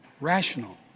rational